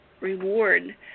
reward